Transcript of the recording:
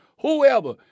whoever